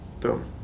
Boom